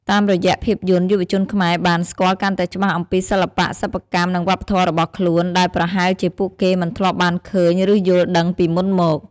តាមរយៈភាពយន្ត យុវជនខ្មែរបាន ស្គាល់កាន់តែច្បាស់អំពីសិល្បៈ សិប្បកម្ម និងវប្បធម៌របស់ខ្លួន ដែលប្រហែលជាពួកគេមិនធ្លាប់បានឃើញ ឬយល់ដឹងពីមុនមក។